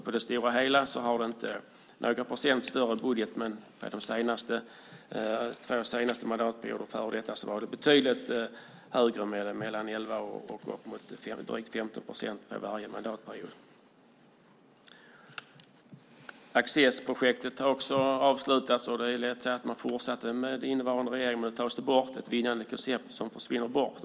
På det stora hela är budgeten några procent större, men under de två tidigare mandatperioderna var den betydligt större, mellan 11 och drygt 15 procent båda mandatperioderna. Också Accessprojektet har avslutats. Det hade kunnat fortsätta med nuvarande regering, men nu tas ett vinnande koncept bort. Det försvinner.